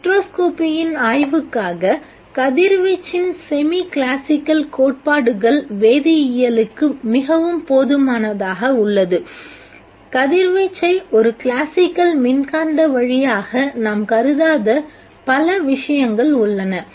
ஸ்பெக்ட்ரோஸ்கோப்பியின் ஆய்வுக்காக கதிர்வீச்சின் semi classical கோட்பாடுகள் வேதியியலுக்கு மிகவும் போதுமானதாக உள்ளது கதிர்வீச்சை ஒரு கிளாசிக்கல் மின்காந்த வழியாக நாம் கருதாத பல விஷயங்கள் உள்ளன